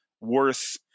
worth